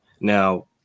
Now